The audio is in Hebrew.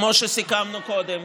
כמו שסיכמנו קודם,